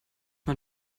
man